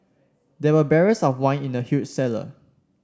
there were barrels of wine in the huge cellar